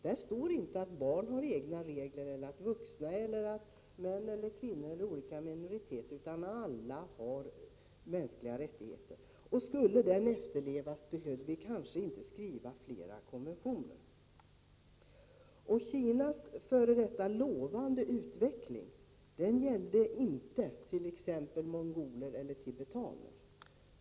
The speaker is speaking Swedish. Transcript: Där står inte att barn har egna regler eller att vuxna, män, kvinnor, olika minoriteter har det, utan att alla har mänskliga rättigheter. Skulle 1948 års konvention efterlevas behövde vi kanske inte skriva fler konventioner. Kinas före detta lovande utveckling gällde inte t.ex. mongoler eller tibetaner.